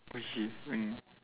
okay mm